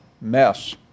mess